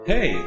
Hey